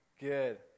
Good